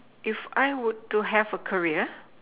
if I would to have a career